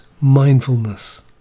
mindfulness